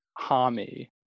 Hami